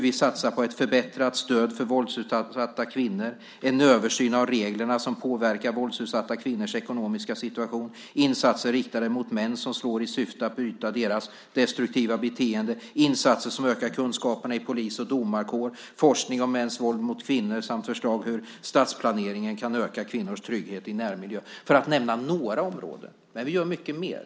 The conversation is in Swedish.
Vi satsar på ett förbättrat stöd för våldsutsatta kvinnor, en översyn av reglerna som påverkar våldsutsatta kvinnors ekonomiska situation, insatser riktade mot män som slår i syfte att bryta deras destruktiva beteende, insatser som ökar kunskaperna i polis och domarkår, forskning om mäns våld mot kvinnor samt förslag om hur stadsplaneringen kan öka kvinnors trygghet i närmiljö för att nämna några områden. Men vi gör mycket mer.